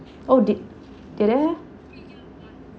oh did did they have